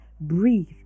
breathe